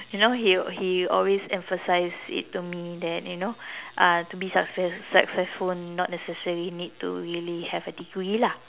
you know he he will always emphasize it to me that you know uh to be success~ successful not necessarily need to really have a degree lah